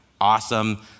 awesome